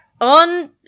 On